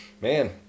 man